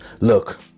Look